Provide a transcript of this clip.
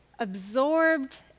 absorbed